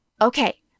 Okay